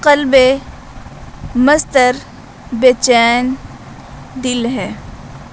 قلب مضطر بیچین دل ہے